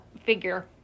figure